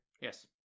Yes